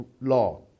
law